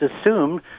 assume